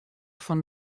fan